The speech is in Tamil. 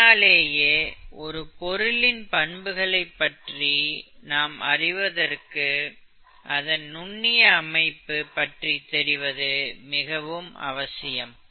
இதனாலேயே ஒரு பொருளின் பண்புகளை பற்றி நாம் அறிவதற்கு அதன் நுண்ணிய அமைப்பு பற்றி தெரிவது மிகவும் அவசியம்